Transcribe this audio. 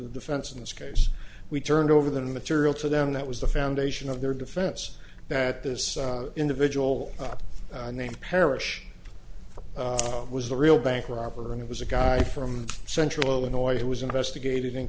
the fence in this case we turned over the material to them that was the foundation of their defense that this individual up named parrish it was the real bank robber and it was a guy from central illinois who was investigated in